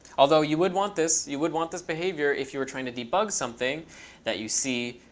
although you would want this. you would want this behavior if you were trying to debug something that you see.